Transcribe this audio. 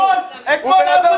זה לא אותו